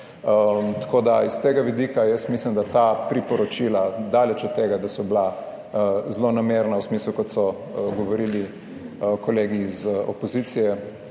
Tako, da iz tega vidika jaz mislim, da ta priporočila daleč od tega, da so bila zlonamerna v smislu, kot so govorili kolegi iz opozicije,